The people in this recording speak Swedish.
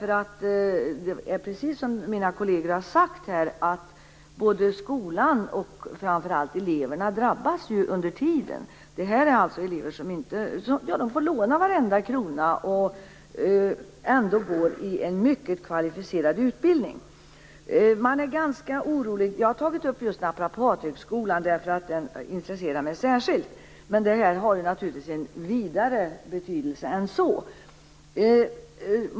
Precis som mina kolleger har sagt, drabbas ju skolan och framför allt eleverna under tiden. Det är elever som får låna varenda krona, och de går ändå på en mycket kvalificerad utbildning. Jag har tagit upp Naprapathögskolan därför att den intresserar mig särskilt, men detta har naturligtvis en vidare betydelse än så.